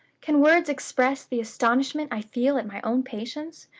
can words express the astonishment i feel at my own patience?